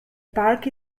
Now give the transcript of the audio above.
park